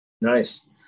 Nice